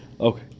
Okay